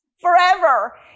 forever